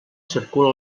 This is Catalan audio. circula